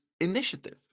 initiative